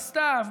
בסתיו,